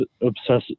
obsessive